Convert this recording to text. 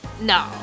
No